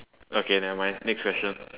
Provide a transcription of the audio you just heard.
okay never mind next question